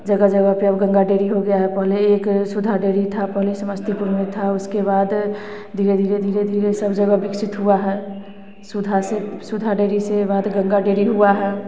जगह जगह पर अब गंगा डेयरी हो गया है पहले एक सुधा डेयरी था पहले समस्तीपुर में था अब उसके बाद धीरे धीरे धीरे धीरे सब जगह विकसित हुआ है सुधा से सुधा डेयरी से बाद गंगा डेयरी हुआ है